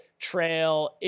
trail